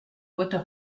water